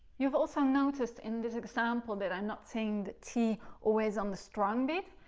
you've also noticed in this example that i'm not saying the t always on the strong beat.